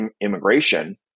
immigration